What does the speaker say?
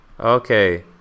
Okay